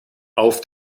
auf